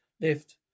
Left